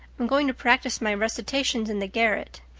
i'm going to practice my recitations in the garret.